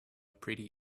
pretty